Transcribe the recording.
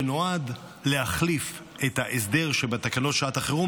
שנועד להחליף את ההסדר שבתקנות שעת החירום